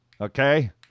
Okay